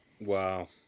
Wow